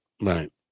right